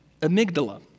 amygdala